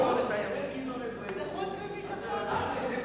התקבלה בקריאה ראשונה ותועבר לוועדת חוץ וביטחון להכנתה,